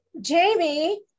jamie